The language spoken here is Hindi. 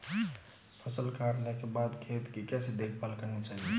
फसल काटने के बाद खेत की कैसे देखभाल करनी चाहिए?